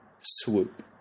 swoop